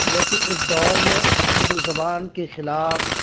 لیکن اس دور میں اردو زبان کے خلاف